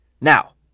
Now